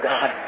God